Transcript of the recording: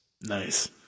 Nice